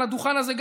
על הדוכן הזה,